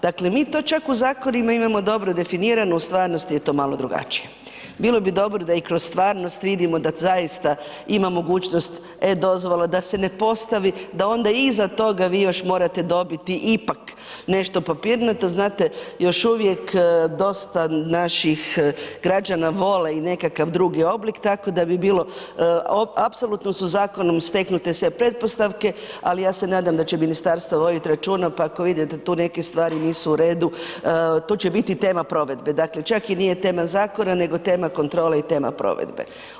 Dakle mi to čak u zakonima imamo dobro definirano, u stvarnosti je to mali drugačije. bilo bi dobro da i kroz stvarnost vidimo da zaista imamo mogućnost e-dozvole, da se ne postavi da onda iza toga vi još morate dobiti ipak nešto papirnato, znate, još uvijek dosta naših građana vole i nekakav drugi oblik tako da bi bilo, apsolutno su zakonom steknute sve pretpostavke ali ja se nadam da će ministarstvo voditi računa pa ako vidite da tu neke stvari nisu u redu, to će biti tema provedbe, dakle čak i nije tema zakona nego tema kontrole i tema provedbe.